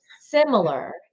similar